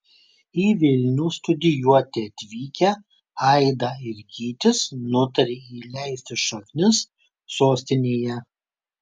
į vilnių studijuoti atvykę aida ir gytis nutarė įleisti šaknis sostinėje